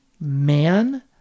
man